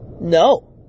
no